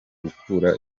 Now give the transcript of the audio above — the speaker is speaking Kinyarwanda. gukura